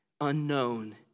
unknown